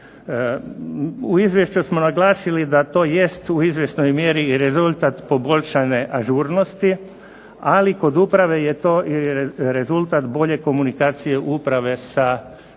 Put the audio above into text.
U izvješću smo naglasili da to jest u izvjesnoj mjeri rezultat poboljšane ažurnosti, ali kod uprave je to rezultat bolje komunikacije uprave sa građanima.